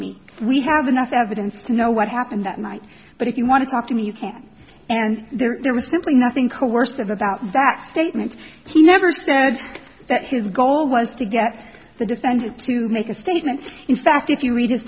me we have enough evidence to know what happened that night but if you want to talk to me you can and there was simply nothing coercive about that statement he never said that his goal was to get the defendant to make a statement in fact if you read his